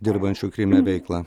dirbančių kryme veiklą